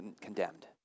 Condemned